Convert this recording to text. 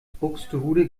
buxtehude